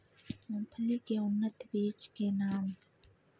मूंगफली के उन्नत बीज के नाम?